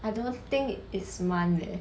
I don't think it's months eh